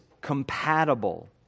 compatible